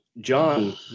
John